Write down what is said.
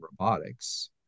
robotics